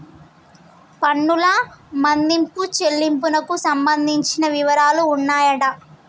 పన్నుల మదింపు చెల్లింపునకు సంబంధించిన వివరాలు ఉన్నాయంట